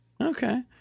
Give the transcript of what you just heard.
Okay